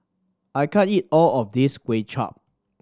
I can't eat all of this Kway Chap